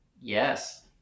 Yes